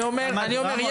אני אומר,